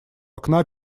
окна